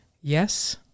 Yes